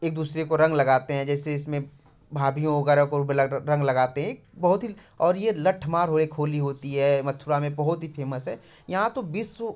एक दूसरे को रंग लगाते हैं जैसे इसमें भाभी वगैरह को रंग लगाते हैं बहुत ही और ये लट्ठमार एक होली होती है मथुरा में बहुत ही फेमस है यहाँ तो विश्व